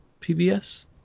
PBS